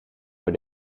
voor